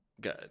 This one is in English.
Good